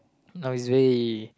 now is very